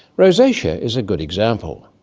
rosacea is a good example.